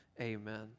Amen